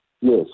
yes